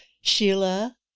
Sheila